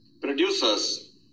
Producers